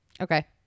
Okay